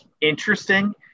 interesting